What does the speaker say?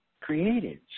created